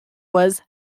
was